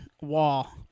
wall